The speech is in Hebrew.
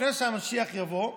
לפני שהמשיח יבוא,